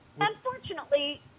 Unfortunately